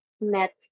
met